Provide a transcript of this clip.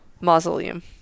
mausoleum